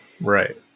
Right